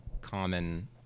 common